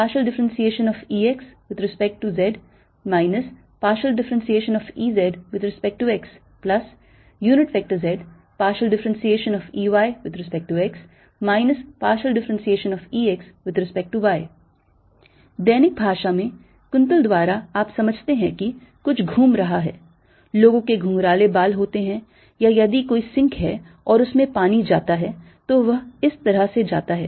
Curl ExEz∂y Ey∂zyEx∂z Ez∂xzEy∂x Ex∂y दैनिक भाषा में कुंतल द्वारा आप समझते हैं कि कुछ घूम रहा है लोगों के घुंघराले बाल होते हैं या यदि कोई सिंक है और उसमें पानी जाता है तो वह इस तरह से जाता है